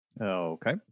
Okay